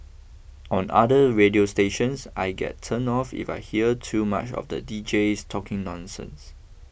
on other radio stations I get turned off if I hear too much of the deejays talking nonsense